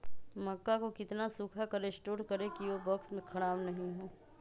मक्का को कितना सूखा कर स्टोर करें की ओ बॉक्स में ख़राब नहीं हो?